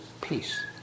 peace